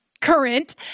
current